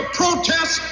protest